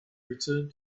returned